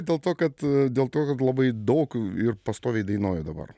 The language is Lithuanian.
dėl to kad dėl to labai daug ir pastoviai dainuoju dabar